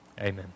amen